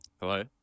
Hello